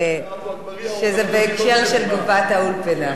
שזה בהקשר של גבעת-האולפנה.